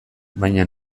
baina